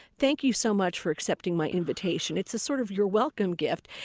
thank you so much for accepting my invitation. it's a sort of you're welcome gift.